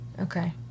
Okay